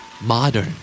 Modern